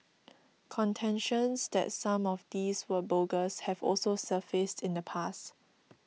contentions that some of these were bogus have also surfaced in the past